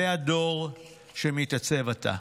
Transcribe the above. זה הדור שמתעצב עתה.